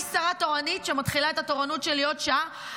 אני שרה תורנית שמתחילה את התורנות שלי עוד שעה.